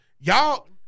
y'all